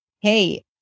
Hey